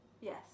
yes